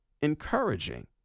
encouraging